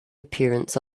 appearance